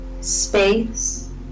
space